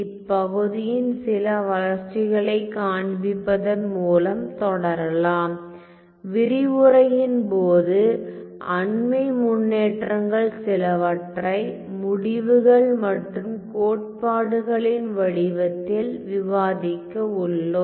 இப்பகுதியின் சில வளர்ச்சிகளை காண்பிப்பதன் மூலம் தொடரலாம் விரிவுரையின் போது அண்மை முன்னேற்றங்கள் சிலவற்றை முடிவுகள் மற்றும் கோட்பாடுகளின் வடிவத்தில் விவாதிக்க உள்ளோம்